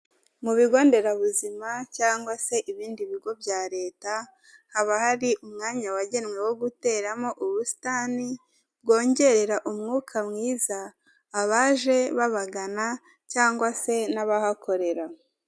Mu bigonderabuzima cyangwa se ibindi bigo bya leta, haba hari umwanya wagenwe wo guteramo ubusitani, bwongerera umwuka mwiza abaje babagana cyangwa se n'abahakorera.